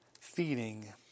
feeding